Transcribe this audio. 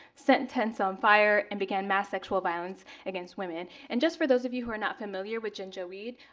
set tents on fire, and began mass sexual violence against women. and just for those of you who are not familiar with janjaweed,